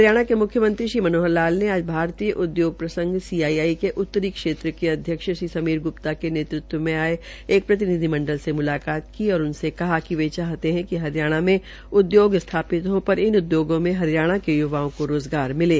हरियाणा के मुख्यमंत्री श्री मनोहर लाल ने आज भारतीय उदयोग प्रसंघ सीआईजे के उत्तरी के अध्यक्ष श्रीसमीर ग्प्ता के नेतृत्व में आये एक प्रतिनिधिमंडल से मुलाकात की और उनसे कहा कि वे चाहते है कि हरियाणा के उदयोग स्थापित हो पर उदयोगों में हरियाण के युवाओं को रोज़गार मिले